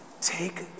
take